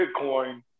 Bitcoin